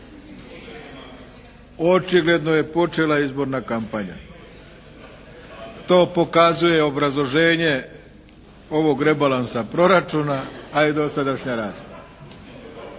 Očigledno je počela izborna kampanja, to pokazuje obrazloženje ovog rebalansa proračuna a i dosadašnja rasprava.